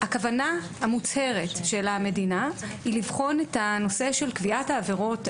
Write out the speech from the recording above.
הכוונה המוצהרת של המדינה היא לבחון את הנושא של קביעת העבירות,